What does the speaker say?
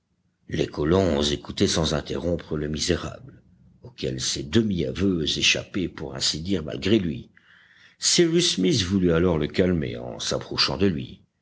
les colons écoutaient sans interrompre le misérable auquel ces demi aveux échappaient pour ainsi dire malgré lui cyrus smith voulut alors le calmer en s'approchant de lui